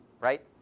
right